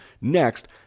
next